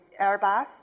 Airbus